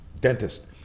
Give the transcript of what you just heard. dentist